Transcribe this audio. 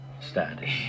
status